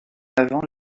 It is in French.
avant